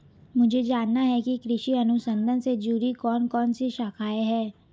मुझे जानना है कि कृषि अनुसंधान से जुड़ी कौन कौन सी शाखाएं हैं?